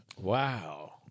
Wow